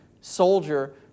soldier